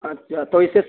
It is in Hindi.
अच्छा तो इससे